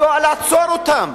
מדוע לעצור אותם?